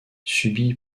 subi